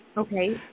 Okay